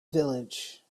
village